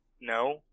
no